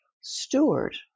steward